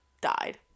died